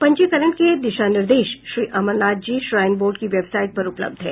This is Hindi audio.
पंजीकरण के दिशा निर्देश श्री अमरनाथ जी श्राइन बोर्ड की वेबसाइट पर उपलब्ध हैं